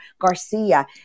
Garcia